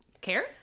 care